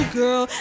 girl